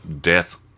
Death